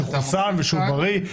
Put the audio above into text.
שחוסן ובריא.